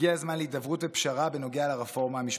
הגיע הזמן להידברות ופשרה בנוגע לרפורמה המשפטית,